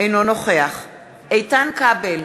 אינו נוכח איתן כבל,